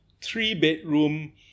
three-bedroom